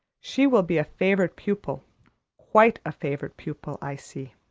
she will be a favorite pupil quite a favorite pupil, i see.